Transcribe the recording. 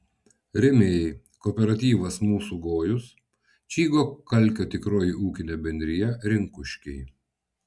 rėmėjai kooperatyvas mūsų gojus čygo kalkio tikroji ūkinė bendrija rinkuškiai